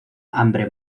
hambre